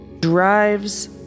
drives